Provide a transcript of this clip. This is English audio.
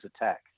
attack